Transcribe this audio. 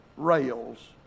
rails